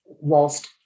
whilst